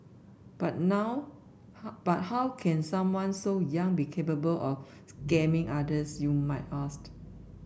but now how but how can someone so young be capable of scamming others you might ask